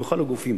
וכל הגופים